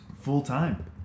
full-time